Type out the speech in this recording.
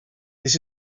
this